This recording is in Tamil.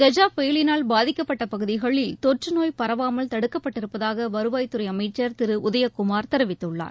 கஜா புயலினால் பாதிக்கப்பட்ட பகுதிகளில் தொற்று நோய் பரவலாமல் தடுக்கப்பட்டிருப்பதாக வருவாய்த்துறை அமைச்ச் திரு உதயகுமார் தெரிவித்துள்ளார்